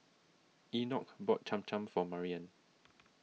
Enoch bought Cham Cham for Maryanne